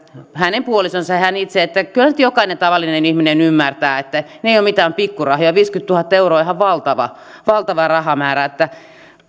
hänen puolisonsa ja hän itse kyllä sen nyt jokainen tavallinen ihminen ymmärtää että ne eivät ole mitään pikkurahoja viisikymmentätuhatta euroa on ihan valtava rahamäärä